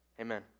Amen